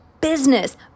business